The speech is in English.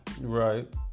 Right